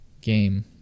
Game